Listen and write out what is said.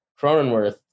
Cronenworth